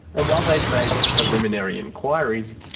and while they'd made preliminary inquiries,